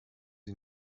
sie